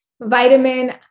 vitamin